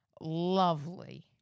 lovely